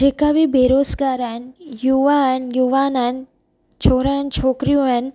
जे का बि बेरोज़गार आहिनि युवा आहिनि युवान आहिनि छोरा आहिनि छोकिरियूं आहिनि